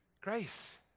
Grace